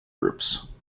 groups